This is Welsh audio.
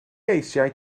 eisiau